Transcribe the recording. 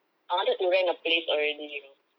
I wanted to rent a place already you know